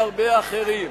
מהרבה אחרים.